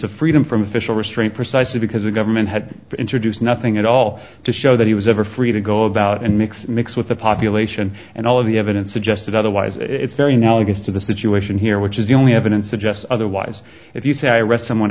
of freedom from official restraint precisely because the government had introduced nothing at all to show that he was ever free to go about and mix mix with the population and all of the evidence suggested otherwise it's very analogous to the situation here which is the only evidence suggests otherwise if you say i rest someone